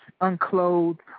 Unclothed